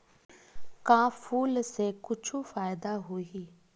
का फूल से कुछु फ़ायदा होही?